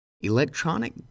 Electronic